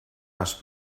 las